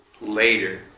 later